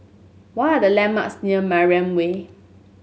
what are the landmarks near Mariam Way